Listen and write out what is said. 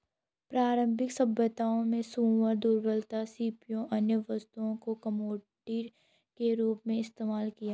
प्रारंभिक सभ्यताओं ने सूअरों, दुर्लभ सीपियों, अन्य वस्तुओं को कमोडिटी के रूप में इस्तेमाल किया